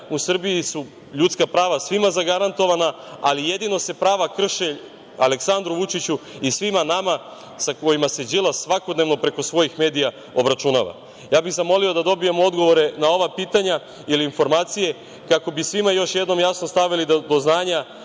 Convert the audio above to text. U Srbiji su ljudska prava svim zagarantovana, ali jedino se prava krše Aleksandru Vučiću i svima nama sa kojima se Đilas svakodnevno preko svojih medija obračunava. Zamolio bih da dobijem odgovore na ova pitanja ili informacije kako bi svima još jednom jasno stavili do znanja